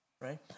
right